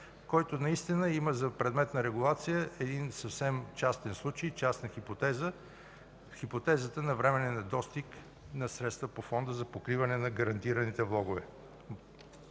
който наистина има за предмет на регулация един съвсем частен случай, частна хипотеза – хипотезата на временен недостиг на средства по Фонда за покриване на гарантираните влогове.